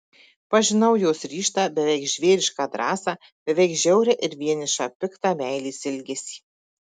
pažinau jos ryžtą beveik žvėrišką drąsą beveik žiaurią ir vienišą piktą meilės ilgesį